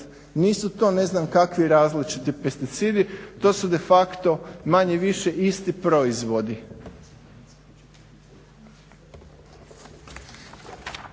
Nisu to ne znam kakvi različiti pesticidi, to su de facto manje-više isti proizvodi.